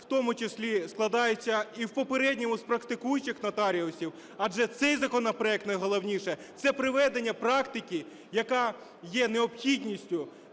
в тому числі складається і в попередньому з практикуючих нотаріусів. Адже в цьому законопроекті найголовніше – це приведення практики, яка є необхідністю,